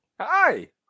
Hi